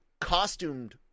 costumed